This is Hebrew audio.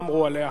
מה אמרו עליה,